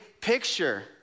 picture